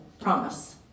promise